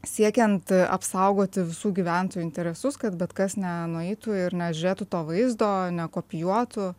siekiant apsaugoti visų gyventojų interesus kad bet kas nenueitų ir nežiūrėtų to vaizdo nekopijuotų